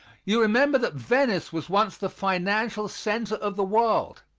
you remember that venice was once the financial center of the world.